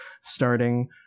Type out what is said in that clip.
starting